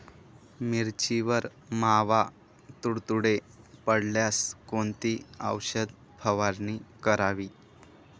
मिरचीवर मावा, तुडतुडे पडल्यास कोणती औषध फवारणी करावी?